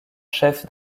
chef